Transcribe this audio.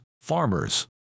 farmers